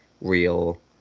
real